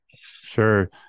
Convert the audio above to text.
sure